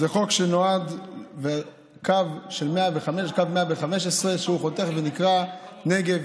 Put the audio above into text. זה חוק שנועד לקו 115, שהוא חותך ונקרא "נגב".